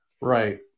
Right